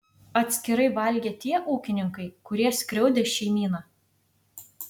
atskirai valgė tie ūkininkai kurie skriaudė šeimyną